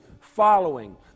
following